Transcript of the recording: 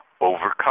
overcome